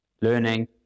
learning